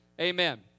Amen